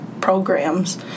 programs